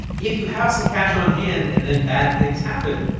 if you have some cash on hand and then bad things happen,